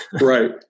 Right